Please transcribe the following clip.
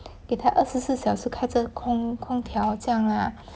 给他二十四小时开着空空调这样啦